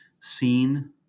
seen